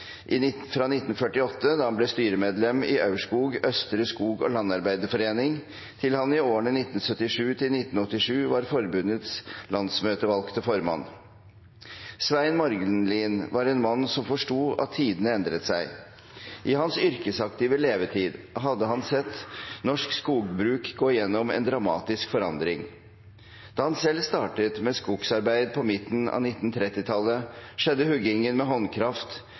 fra han i 1948 ble styremedlem i Aurskog østre skog- og landarbeiderforening, til han i årene 1977–1987 var forbundets landsmøtevalgte formann. Svein Morgenlien var en mann som forsto at tidene endret seg. I hans yrkesaktive levetid hadde han sett norsk skogbruk gå gjennom en dramatisk forandring. Da han selv startet med skogsarbeid på midten av 1930-tallet, skjedde huggingen med håndkraft,